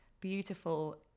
beautiful